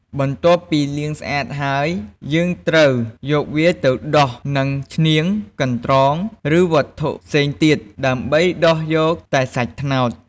បន្ទាប់ពីលាងស្អាតហើយ យើងត្រូវយកវាទៅដុសនឹង ឈ្នៀង កន្រ្តង ឬវត្ថុផ្សេងទៀត ដើម្បីដុសយកតែសាច់ត្នោត។